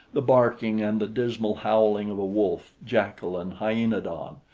the barking and the dismal howling of a wolf, jackal and hyaenadon,